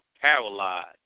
paralyzed